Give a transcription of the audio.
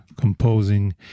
composing